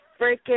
freaking